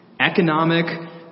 economic